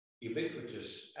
ubiquitous